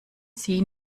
sie